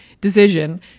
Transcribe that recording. decision